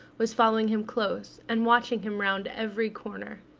was following him close, and watching him round every corner.